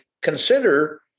consider